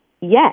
Yes